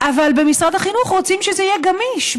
אבל במשרד החינוך רוצים שזה יהיה גמיש,